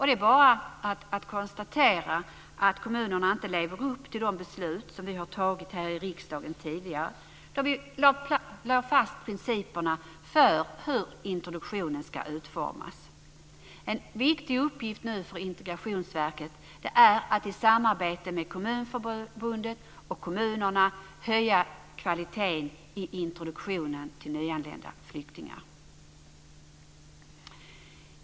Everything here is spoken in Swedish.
Det är bara att konstatera att kommunerna inte lever upp till de beslut som vi har fattat här i riksdagen tidigare, då vi lade fast principerna för hur introduktionen ska utformas. En viktig uppgift för Integrationsverket är nu att i samarbete med Kommunförbundet och kommunerna höja kvaliteten i introduktionen av nyanlända flyktingar.